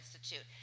Institute